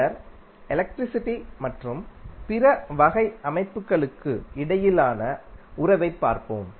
பின்னர் எலக்ட்ரிசிட்டி மற்றும் பிற வகை அமைப்புகளுக்கு இடையிலான உறவைப் பார்ப்போம்